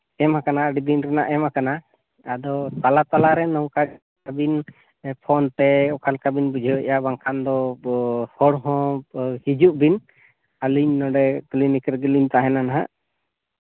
ᱮᱢ ᱠᱟᱱᱟ ᱟᱹᱰᱤᱫᱤᱱ ᱨᱮᱱᱟᱜ ᱮᱢ ᱠᱟᱱᱟ ᱟᱫᱚ ᱛᱟᱞᱟ ᱛᱟᱞᱟ ᱨᱮ ᱱᱚᱝᱠᱟ ᱟᱹᱵᱤᱱ ᱯᱷᱳᱱ ᱛᱮ ᱚᱠᱟ ᱞᱮᱠᱟ ᱵᱤᱱ ᱵᱩᱡᱷᱟᱹᱣᱮᱜᱼᱟ ᱵᱟᱝ ᱠᱷᱟᱱ ᱫᱚ ᱦᱚ ᱦᱚᱸ ᱦᱤᱡᱩᱜ ᱵᱤᱱ ᱟᱹᱞᱤᱧ ᱱᱚᱰᱮ ᱠᱟᱹᱞᱟᱹᱭᱱᱩᱠᱟᱹ ᱨᱮᱜᱮ ᱞᱤᱧ ᱛᱟᱦᱮᱱᱟ ᱦᱟᱸᱜ